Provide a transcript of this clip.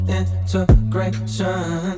integration